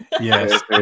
yes